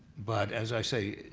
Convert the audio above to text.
but as i say,